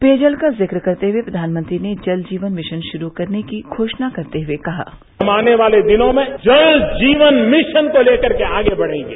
पेयजल का जिक्र करते हुए प्रधानमंत्री ने जल जीवन मिशन शुरू करने की घोषणा करते हुए कहा हम आने वाले दिनों में जल जीवन मिशन को लेकर आगे बढ़ेगे